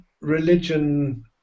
religion